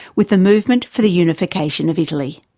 with the movement for the unification of italy.